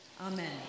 Amen